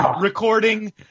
recording